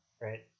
right